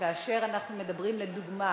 שכאשר אנחנו מדברים לדוגמה